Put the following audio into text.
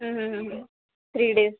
ಹ್ಞೂ ಹ್ಞೂ ಹ್ಞೂ ತ್ರೀ ಡೇಸ್